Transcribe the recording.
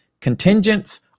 contingents